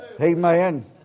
Amen